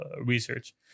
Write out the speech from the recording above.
research